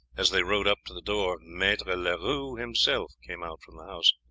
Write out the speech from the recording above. as they rode up to the door maitre leroux himself came out from the house.